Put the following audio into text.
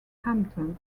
hampton